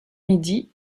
midi